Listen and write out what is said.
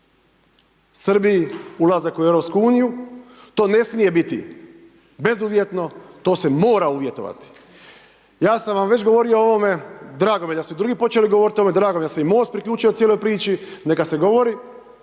Srbiji ulazak u EU, to ne smije biti bezuvjetno to se mora uvjetovati. Ja sam vam već govorio o ovome, drago mi je da su i drugi počeli govorit, evo drago mi je da se je i MOST priključio cijeloj priči, neka se govori,